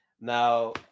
Now